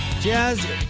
Jazz